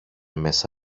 μέσα